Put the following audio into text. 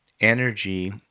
energy